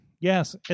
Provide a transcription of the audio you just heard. Yes